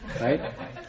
right